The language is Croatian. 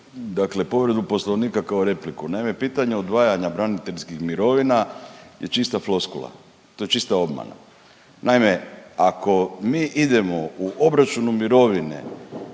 dakle povredu Poslovnika kao repliku. Naime, pitanja odvajanja braniteljskih mirovina je čista floskula, to je čita obmana. Naime, ako mi idemo u obračunu mirovine